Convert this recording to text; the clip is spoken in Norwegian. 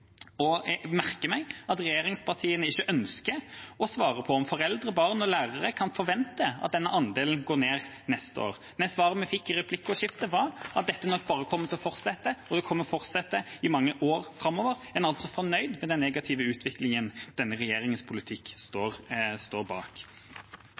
og jeg merker meg at regjeringspartiene ikke ønsker å svare på om foreldre, barn og lærere kan forvente at denne andelen går ned neste år. Nei, svaret vi fikk i replikkordskiftet, var at dette nok bare kommer til å fortsette, og det kommer til å fortsette i mange år framover. En er altså fornøyd med den negative utviklingen denne regjeringas politikk